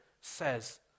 says